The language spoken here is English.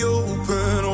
open